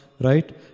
Right